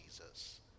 Jesus